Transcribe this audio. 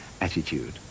attitude